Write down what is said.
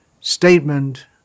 statement